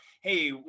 hey